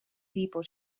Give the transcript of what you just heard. people